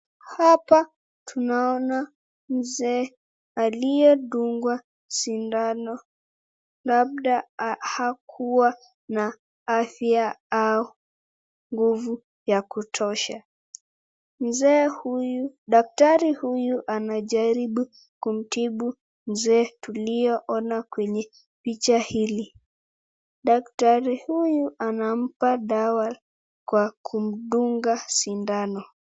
Hapa tunaona mzee aliyedungwa sindano labda hakuwa na afya au nguvu ya kutosha. Daktari huyu anajaribu kumtibu mzee tuliyeona kwenye picha hili, daktari huyu anampa dawa kwa kumdunga sindano.